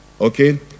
okay